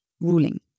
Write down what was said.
ruling